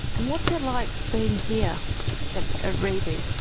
and what's it like being here at at reiby?